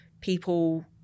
people